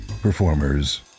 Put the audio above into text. performers